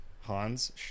Hans